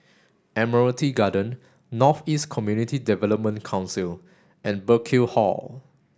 Admiralty Garden North East Community Development Council and Burkill Hall